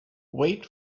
wait